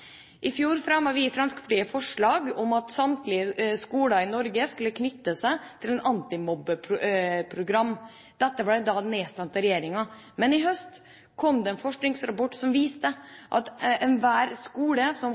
I fjor fremmet vi i Fremskrittspartiet forslag om at samtlige skoler i Norge skulle knytte seg til et antimobbeprogram. Dette ble da nedstemt av regjeringa. Men i høst kom det en forskningsrapport som viste at enhver skole som